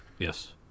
Yes